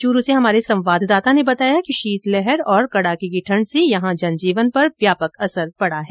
चूरू से हमारे संवाददाता ने बताया कि शीतलहर और कडाके की ठण्ड से यहां जनजीवन पर व्यापक असर पडा है